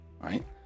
right